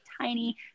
tiny